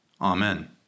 amen